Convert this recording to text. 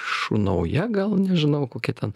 šunauja gal nežinau kokia ten